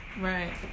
Right